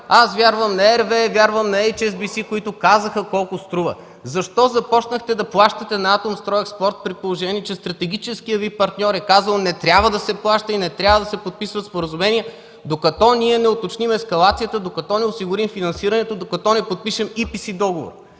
Вярвам на RWE, вярвам на HSBC, които казаха колко струва! Защо започнахте да плащате на „Атомстройекспорт”, при положение че стратегическият Ви партньор е казал: „Не трябва да се плаща и не трябва да се подписва споразумение, докато не уточним ескалацията, докато не осигурим финансирането, докато не подпишем IPS договор!”?